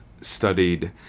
studied